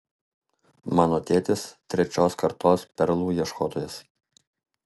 mano tėtis trečios kartos perlų ieškotojas